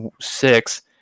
six